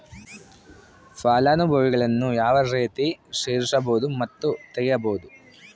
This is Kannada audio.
ಫಲಾನುಭವಿಗಳನ್ನು ಯಾವ ರೇತಿ ಸೇರಿಸಬಹುದು ಮತ್ತು ತೆಗೆಯಬಹುದು?